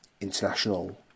international